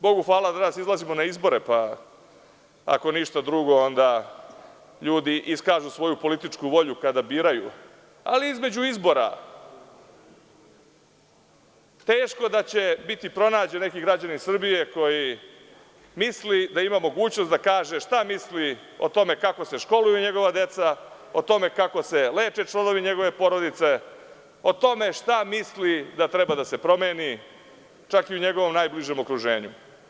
Bogu hvala, danas ne izlazimo na izbore, ako ništa drugo tamo ljudi iskažu političku volju kada biraju, ali između izbora teško da će biti pronađen neki građanin Srbije koji misli da ima mogućnost da kaže šta misli o tome kako se školuju njegova deca, o tome kako se leče članovi njegove porodice, o tome šta misli da treba da se promeni čak i u njegovom najbližem okruženju.